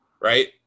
right